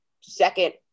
second